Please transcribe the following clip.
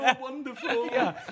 wonderful